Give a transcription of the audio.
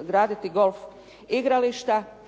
izgraditi golf igrališta.